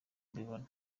mubibona